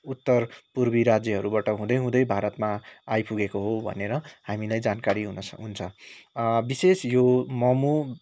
उत्तर पूर्वी राज्यहरूबाट हँदैहुँदै भारतमा आइपुगेको हो भनेर हामीलाई जानकारी हुन हुन्छ विशेष यो मोमो